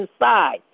inside